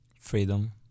Freedom